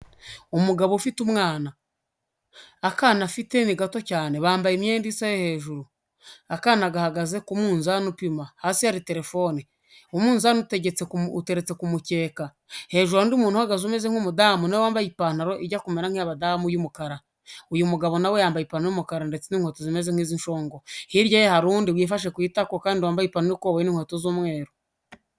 Umugabo ufite umwana, akana afite ni gato cyane bambaye imyenda isa hejuru akana gahagaze ku munzani upima hasi hari telefone umunzani uteretse kumukeka. Hejuru hari undi umuntu uhagaze umeze nk'umudamunawe wambaye ipantaro ijya kumera nk'iyabadamu y'umukara, uyu mugabo nawe yambaye ipantaro y'umukara ndetse n'inkwto zimeze nk' izincongo hirya ye hari undi wifashe ku itako kandi wambaye ipantaro y'ikoboyi n'inkweto z'umweru.